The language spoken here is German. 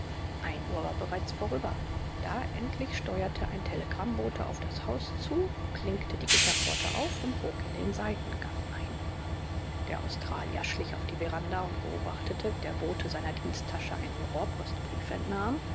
ein uhr war bereits vorüber da endlich steuerte ein telegrammbote auf das haus zu klinkte die gitterpforte auf und bog in den seitengang ein der australier schlich auf die veranda und beobachtete wie der bote seiner diensttasche einen rohrpostbrief entnahm